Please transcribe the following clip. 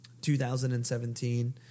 2017